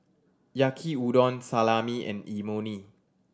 Yaki Udon Salami and Imoni